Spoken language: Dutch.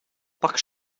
pak